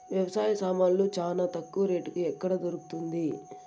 వ్యవసాయ సామాన్లు చానా తక్కువ రేటుకి ఎక్కడ దొరుకుతుంది?